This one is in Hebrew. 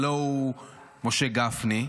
הלוא הוא משה גפני,